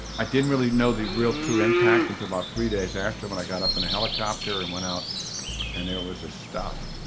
i didn't really know the real, true impact until about three days after when i got up in a helicopter and went out. and there was this stuff.